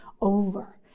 over